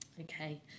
Okay